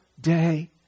day